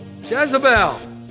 Jezebel